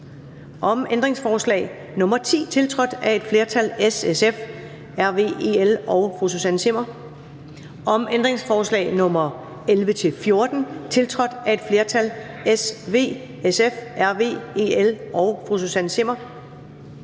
om ændringsforslag nr. 7-9, tiltrådt af et flertal (S, V, SF, RV, EL og Susanne Zimmer (UFG)), om ændringsforslag nr. 10, tiltrådt af et flertal (S, SF, RV, EL og Susanne Zimmer